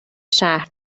شهر